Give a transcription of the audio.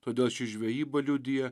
todėl ši žvejyba liudija